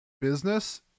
business